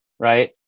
Right